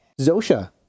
Zosha